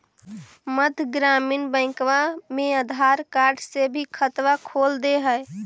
मध्य ग्रामीण बैंकवा मे आधार कार्ड से भी खतवा खोल दे है?